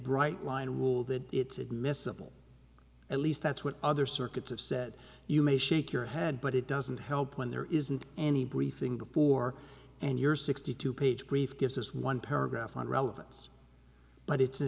bright line rule that it's admissible at least that's what other circuits have said you may shake your head but it doesn't help when there isn't any briefing before and you're sixty two page brief gives us one paragraph on relevance but it's an